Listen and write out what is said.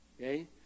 okay